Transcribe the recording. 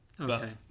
Okay